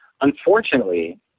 Unfortunately